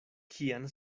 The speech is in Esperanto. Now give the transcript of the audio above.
kian